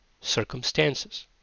circumstances